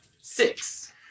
Six